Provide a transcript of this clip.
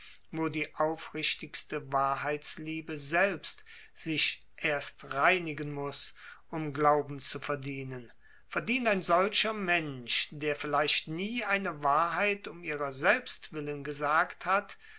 wo die aufrichtigste wahrheitsliebe selbst sich erst reinigen muß um glauben zu verdienen verdient ein solcher mensch der vielleicht nie eine wahrheit um ihrer selbst willen gesagt hat